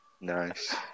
Nice